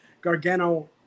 Gargano